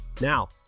Now